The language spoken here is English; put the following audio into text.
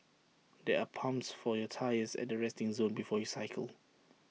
there are pumps for your tyres at the resting zone before you cycle